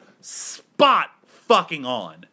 spot-fucking-on